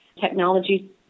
technology